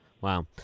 Wow